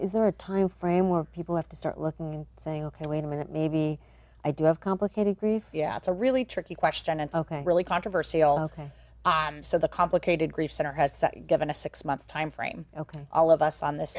is there a time frame where people have to start looking and saying ok wait a minute maybe i do have complicated grief yeah it's a really tricky question and ok really controversy all ok so the complicated grief center has given a six month timeframe ok all of us on this